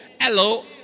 Hello